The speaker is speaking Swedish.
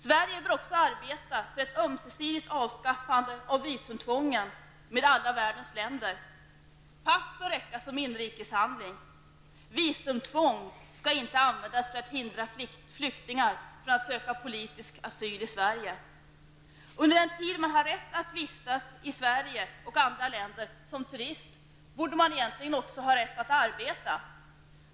Sverige bör också arbeta för ett ömsesidigt avskaffande av visumtvången med alla världens länder. Pass bör räcka som inresehandling. Visumtvång skall inte användas för att hindra flyktingar från att söka politisk asyl i Sverige. Under den tid man har rätt att vistas i Sverige och andra länder som turist borde man egentligen också ha rätt att arbeta.